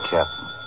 Captain